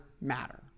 matter